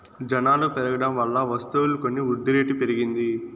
జనాలు పెరగడం వల్ల వస్తువులు కొని వృద్ధిరేటు పెరిగింది